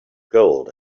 gold